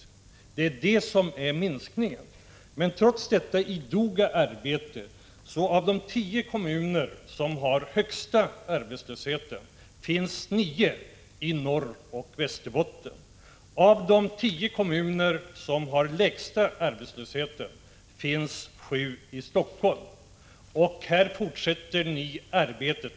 Det är det som gör minskningen. Men trots detta idoga arbete finns bland de tio kommuner som har den högsta arbetslösheten nio i Norrbotten och Västerbotten. Av de tio kommuner som har den lägsta arbetslösheten finns sju i Helsingforssområdet.